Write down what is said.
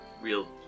real